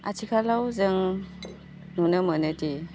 आथिखालाव जों नुनो मोनोदि